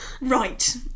right